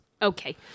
Okay